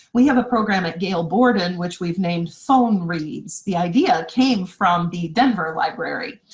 we have a program at gail borden which we've named phone reads. the idea came from the denver library.